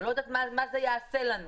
אני לא יודעת מה זה יעשה לנו.